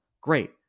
Great